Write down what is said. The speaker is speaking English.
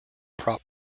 prop